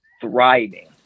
thriving